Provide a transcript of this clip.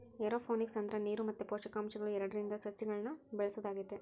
aeroponics ಅಂದ್ರ ನೀರು ಮತ್ತೆ ಪೋಷಕಾಂಶಗಳು ಎರಡ್ರಿಂದ ಸಸಿಗಳ್ನ ಬೆಳೆಸೊದಾಗೆತೆ